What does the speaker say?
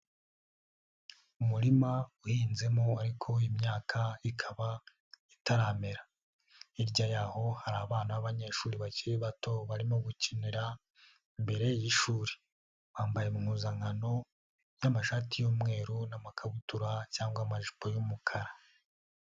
Umurima uhinzemo ariko imyaka ikaba itaramera. Hirya yaho hari abana b'abanyeshuri bakiri bato barimo gukinira mbere y'ishuri. Bambaye impuzankano y'amashati y'umweru n'amakabutura cyangwa amajipo y'umukara.